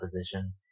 position